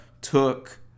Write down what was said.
took